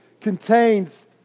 contains